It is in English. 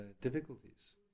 difficulties